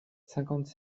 cinquante